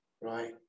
right